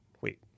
wait